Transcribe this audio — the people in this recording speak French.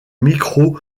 micro